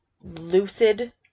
lucid